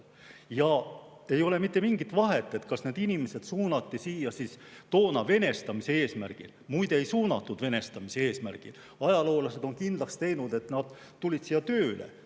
Ja ei ole mitte mingit vahet, kas need inimesed suunati toona siia venestamise eesmärgil. Muide, ei suunatud venestamise eesmärgil, ajaloolased on kindlaks teinud, et nad tulid siia tööle,